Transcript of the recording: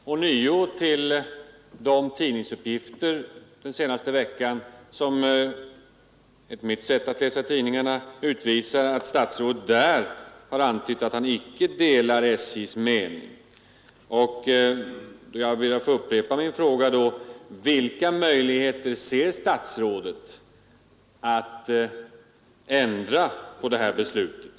Herr talman! Jag återkommer till de tidningsuppgifter under den gångna veckan som enligt mitt sätt att läsa tidningar utvisar att statsrådet där har antytt att han inte delar SJ:s mening. Och jag ber att få upprepa min fråga: Vilka möjligheter ser statsrådet att ändra på detta beslut?